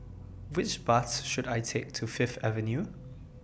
Which Bus should I Take to Fifth Avenue